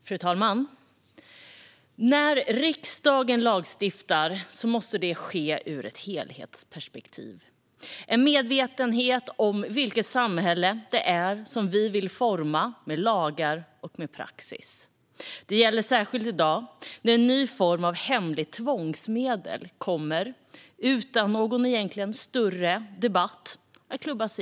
Fru talman! När riksdagen lagstiftar måste det ske med ett helhetsperspektiv och en medvetenhet om vilket samhälle det är som vi vill forma med lagar och praxis. Det gäller särskilt i dag, när en ny form av hemligt tvångsmedel kommer att klubbas igenom, egentligen utan någon större debatt.